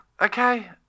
Okay